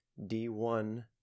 D1